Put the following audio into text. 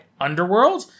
Underworld